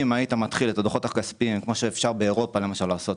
אם היית מתחיל את הדוחות הכספיים כמו שאפשר באירופה למשל לעשות